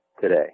today